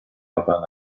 alban